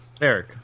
Eric